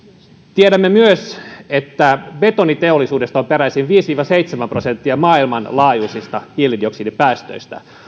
tiedämme myös että betoniteollisuudesta on peräisin viisi viiva seitsemän prosenttia maailmanlaajuisista hiilidioksidipäästöistä